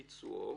בביצועו,